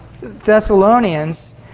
Thessalonians